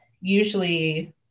usually